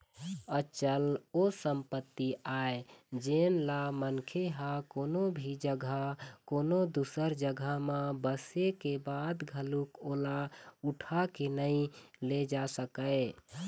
अचल ओ संपत्ति आय जेनला मनखे ह कोनो भी जघा कोनो दूसर जघा म बसे के बाद घलोक ओला उठा के नइ ले जा सकय